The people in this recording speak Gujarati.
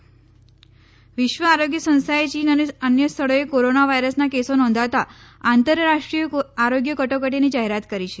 ત વિશ્વ આરોગ્ય સંસ્થાએ ચીન અને અન્ય સ્થળોએ કોરોના વાયરસના કેસો નોંધાતા આંતરરાષ્રીઆંય આરોગ્ય કટોકટીની જાહેરાત કરી છે